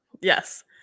Yes